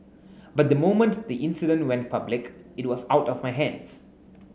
but the moment the incident went public it was out of my hands